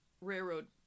railroad